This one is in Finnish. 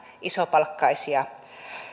isopalkkaisia